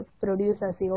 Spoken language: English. producers